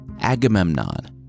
Agamemnon